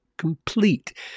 complete